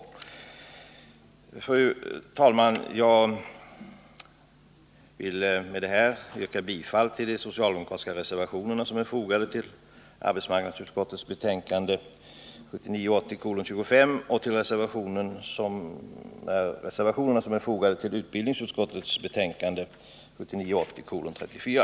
Fru talman! Jag vill med det sagda yrka bifall till de socialdemokratiska reservationer som har fogats vid arbetsmarknadsutskottets betänkande 1979 80:34.